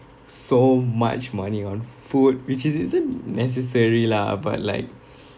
so much money on food which is isn't necessary lah but like